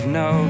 no